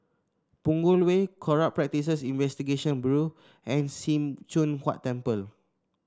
Punggol Way Corrupt Practices Investigation Bureau and Sim Choon Huat Temple